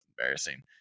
embarrassing